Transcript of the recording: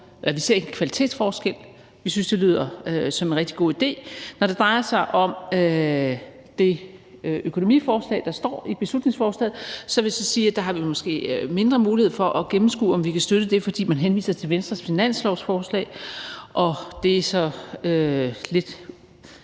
vi ser ikke en kvalitetsforskel. Vi synes, det lyder som en rigtig god idé. Når det drejer sig om det forslag til økonomien, der står i beslutningsforslaget, vil jeg sige, at der her vi måske mindre mulighed for at gennemskue, om vi kan støtte det, fordi man henviser til Venstres finanslovsforslag. Det er så lidt